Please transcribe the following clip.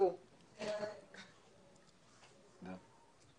תודה רבה, חברת הכנסת חיימוביץ'.